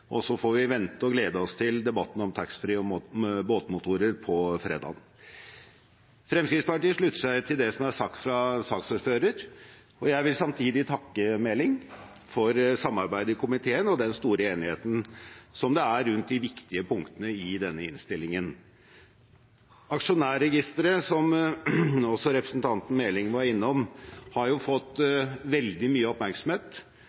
tollovgivningen. Så får vi vente og glede oss til debatten om taxfree og båtmotorer på fredag. Vi i Fremskrittspartiet slutter oss til det som er sagt fra saksordføreren, og jeg vil samtidig takke Meling for samarbeidet i komiteen og for den store enigheten som det er rundt de viktige punktene i denne innstillingen. Skattedirektoratets aksjonærregister, som også representanten Meling var innom, har fått veldig mye oppmerksomhet,